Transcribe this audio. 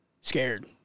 scared